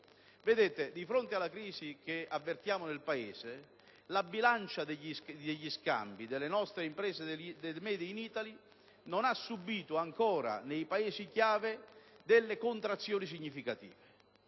Vedete: di fronte alla crisi che avvertiamo nel Paese la bilancia degli scambi delle nostre imprese, del *made in Italy*, non ha subìto ancora nei Paesi chiave delle contrazioni significative.